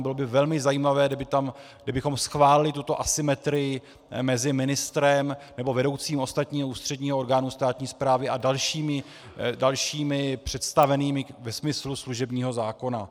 Bylo by velmi zajímavé, kdybychom schválili tuto asymetrii mezi ministrem nebo vedoucím ostatního ústředního orgánu státní správy a dalšími představenými ve smyslu služebního zákona.